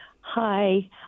Hi